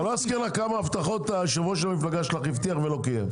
שאני לא אזכיר לך כמה הבטחות יושב-ראש המפלגה שלך הבטיח ולא קיים.